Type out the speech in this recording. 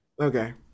Okay